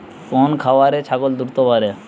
কোন খাওয়ারে ছাগল দ্রুত বাড়ে?